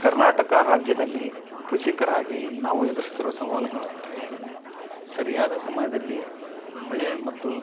ಕರ್ನಾಟಕ ರಾಜ್ಯದಲ್ಲಿ ಕೃಷಿಕರಾಗಿ ನಾವು ಎದರಿಸ್ತಿರುವ ಸವಾಲುಗಳಂದರೆ ಸರಿಯಾದ ಸಮಯದಲ್ಲಿ ಮಳೆ ಮತ್ತು